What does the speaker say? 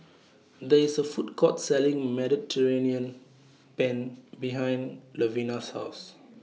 There IS A Food Court Selling Mediterranean Penne behind Lovina's House